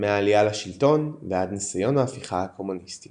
מהעלייה לשלטון ועד ניסיון ההפיכה הקומוניסטי